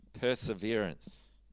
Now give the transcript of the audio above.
perseverance